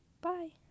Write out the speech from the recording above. bye